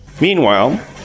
meanwhile